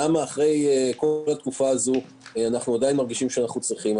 למה אחרי כל התקופה הזאת אנחנו עדיין ממשיכים שאנחנו צריכים?